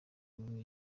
kuba